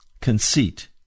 Conceit